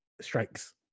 strikes